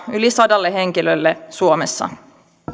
yli sadalle henkilölle suomessa